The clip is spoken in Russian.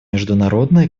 международная